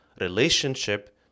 relationship